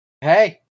Hey